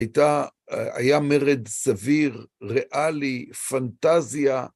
הייתה, היה מרד סביר, ריאלי, פנטזיה.